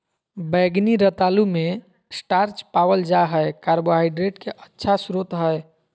बैंगनी रतालू मे स्टार्च पावल जा हय कार्बोहाइड्रेट के अच्छा स्रोत हय